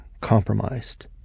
compromised